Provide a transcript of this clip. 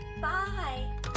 Bye